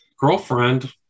girlfriend